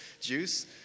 Juice